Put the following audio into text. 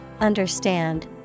understand